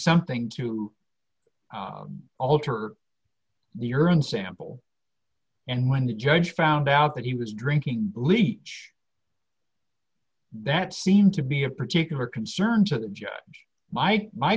something to alter the urine sample and when the judge found out that he was drinking bleach that seemed to be of particular concern to the judge by my